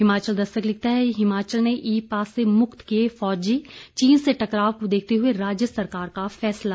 हिमाचल दस्तक लिखता है हिमाचल ने ई पास से मुक्त किए फौजी चीन से टकराव को देखते हुए राज्य सरकार का फैसला